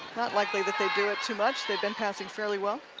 not likely that they'd do it toomuch they've been passing fairly well.